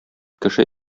кеше